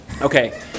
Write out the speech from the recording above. Okay